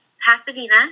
Pasadena